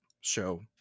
show